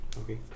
okay